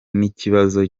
n’ikibazo